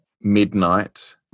midnight